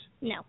No